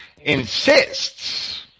insists